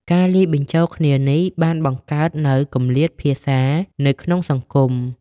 ការលាយបញ្ចូលគ្នានេះបានបង្កើតនូវគម្លាតភាសានៅក្នុងសង្គម។